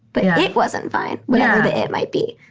but it wasn't fine, whatever the it might be.